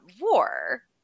war